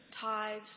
tithes